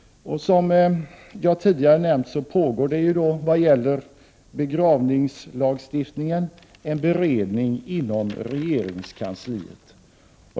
Som jag tidigare nämnde pågår i vad gäller begravningslagstiftningen en beredning inom regeringskansliet.